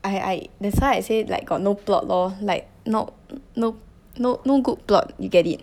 I I that's why I say like got no plot lor like no no no no good plot you get it